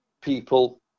people